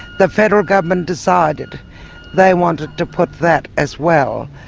the federal government decided they wanted to put that as well.